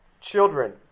Children